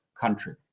country